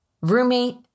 roommate